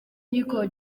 nico